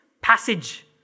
passage